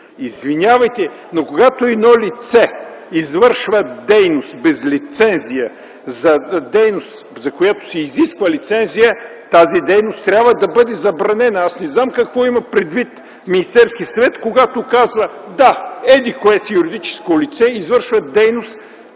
Извинявайте, но когато едно лице извършва дейност без лицензия, за дейност, за която се изисква лицензия, тази дейност трябва да бъде забранена. Аз не знам какво има предвид Министерският съвет, когато казва: „Да – еди кое си юридическо лице извършва дейност,